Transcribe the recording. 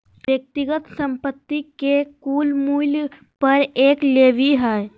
व्यक्तिगत संपत्ति के कुल मूल्य पर एक लेवी हइ